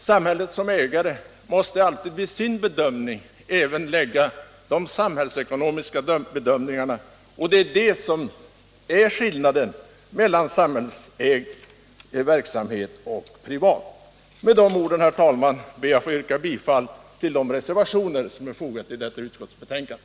Samhället som ägare måste alltid vid sin bedömning räkna in de samhällsekonomiska faktorerna. Däri ligger skillnaden mellan samhällsägande och privat ägande. Med dessa ord, herr talman, ber jag att få yrka bifall till de reservationer som fogats till utskottsbetänkandet.